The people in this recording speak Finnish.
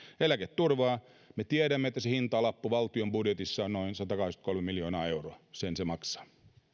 eläketurvaa me tiedämme että se hintalappu valtion budjetissa on noin satakahdeksankymmentäkolme miljoonaa euroa sen se maksaa